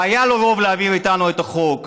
והיה לו רוב להעביר איתנו את החוק,